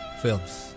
films